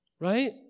Right